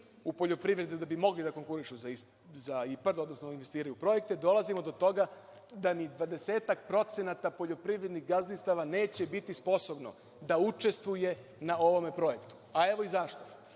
u poljoprivredu da bi mogli da konkurišu za IPARD, odnosno da investiraju projekte, dolazimo do toga da desetak procenata poljoprivrednih gazdinstava neće biti sposobno da učestvuje na ovom projektu, a evo i zašto. Šta